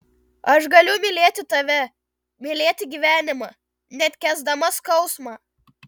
aš galiu mylėti tave mylėti gyvenimą net kęsdama skausmą